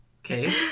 Okay